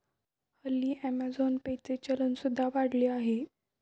हल्ली Amazon pay चे चलन सुद्धा वाढले आहे